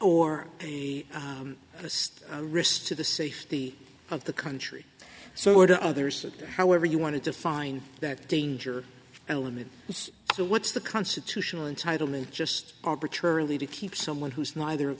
or risk to the safety of the country so are the others however you want to define that danger element so what's the constitutional entitle and just arbitrarily to keep someone who's neither of